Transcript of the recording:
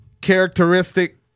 characteristic